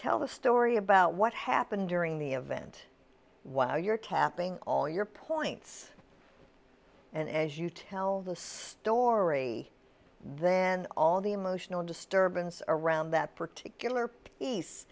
tell the story about what happened during the event while you're tapping all your points and as you tell this story then all the emotional disturbance around that particular